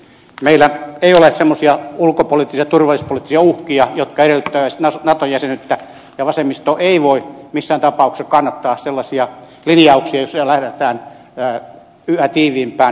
meillä ei ole semmoisia ulkopoliittisia ja turvallisuuspoliittisia uhkia jotka edellyttäisivät nato jäsenyyttä ja vasemmisto ei voi missään tapauksessa kannattaa sellaisia linjauksia joissa lähdetään yhä tiiviimpään nato yhteistyöhön